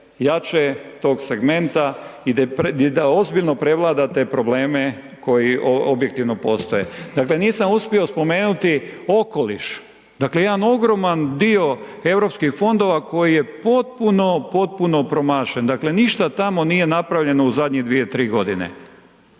jače tog segmenta i da ozbiljno prevladate probleme koji objektivno postoje. Dakle, nisam uspio spomenuti okoliš, dakle, jedan ogroman dio Europskih fondova koji je potpuno, potpuno promašen, dakle, ništa tamo nije napravljeno u zadnje dvije, tri godine.